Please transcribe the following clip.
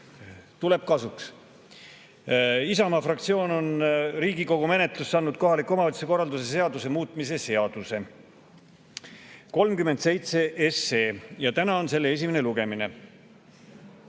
tuleb kasuks. Isamaa fraktsioon on Riigikogu menetlusse andnud kohaliku omavalitsuse korralduse seaduse muutmise seaduse [eelnõu] 37 ja täna on selle esimene lugemine.